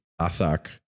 Athak